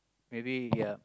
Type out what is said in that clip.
maybe ya